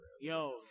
Yo